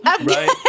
right